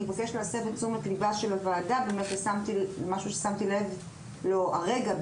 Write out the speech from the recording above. אני מבקשת להסב את תשומת לבה של הוועדה למשהו ששמתי לב אליו הרגע,